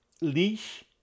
Leash